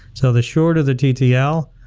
so the shorter the ttl,